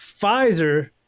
Pfizer